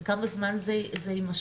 וכמה זמן זה יימשך,